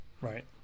right